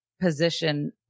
position